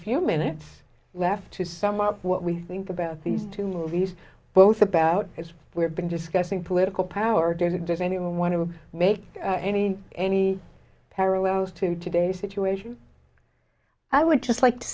few minutes left to sum up what we think about these two movies both about as we've been discussing political power david does anyone want to make any any parallels to today's situation i would just like to